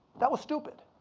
that was stupid.